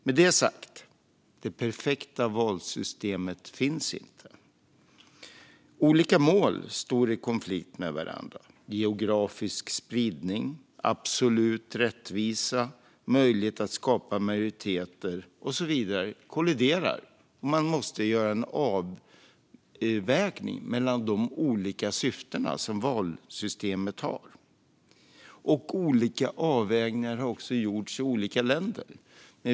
Med detta sagt: Det perfekta valsystemet finns inte. Olika mål står i konflikt med varandra. Sådant som geografisk spridning, absolut rättvisa, möjlighet att skapa majoriteter och så vidare kolliderar med vartannat, och man måste göra en avvägning mellan de olika syften som valsystemet har. Olika avvägningar har också gjorts i olika länder.